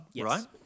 right